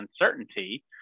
uncertainty